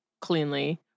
cleanly